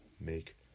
make